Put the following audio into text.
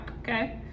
okay